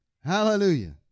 Hallelujah